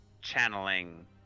channeling